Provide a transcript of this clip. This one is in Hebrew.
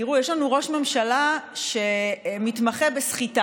תראו, יש לנו ראש ממשלה שמתמחה בסחיטה.